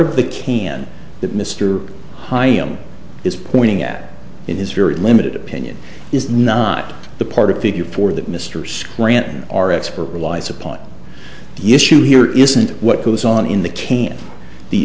of the can that mr heigham is pointing at it is very limited opinion is not the part of figure four that mr scranton our expert relies upon the issue here isn't what goes on in the